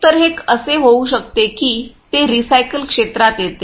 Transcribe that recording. तर हे असे होऊ शकते की ते रीसायकल क्षेत्रात येते